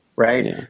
Right